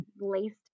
laced